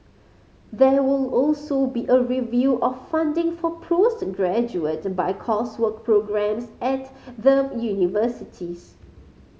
there will also be a review of funding for postgraduate by coursework programmes at the universities